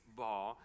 ball